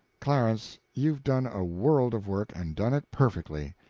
clarence, you've done a world of work, and done it perfectly.